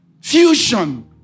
Fusion